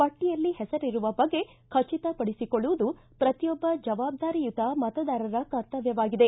ಪಟ್ಟಿಯಲ್ಲಿ ಹೆಸರಿರುವ ಬಗ್ಗೆ ಖಚಿತ ಪಡಿಸಿಕೊಳ್ಳುವುದು ಪ್ರತಿಯೊಬ್ಬ ಜವಾಬ್ದಾರಿಯುತ ಮತದಾರರ ಕರ್ತವ್ಚವಾಗಿದೆ